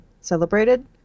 celebrated